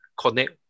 connect